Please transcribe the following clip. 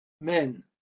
men